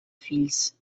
fills